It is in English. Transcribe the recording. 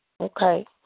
Okay